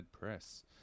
press